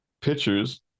pictures